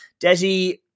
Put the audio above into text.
Desi